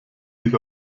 sich